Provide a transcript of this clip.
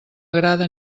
agrada